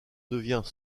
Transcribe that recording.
devient